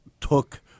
took